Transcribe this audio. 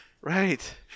Right